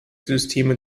systeme